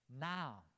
Now